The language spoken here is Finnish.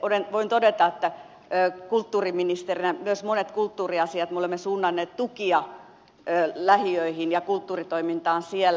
itse voin kulttuuriministerinä todeta että myös monissa kulttuuriasioissa me olemme suunnanneet tukia lähiöihin ja kulttuuritoimintaan siellä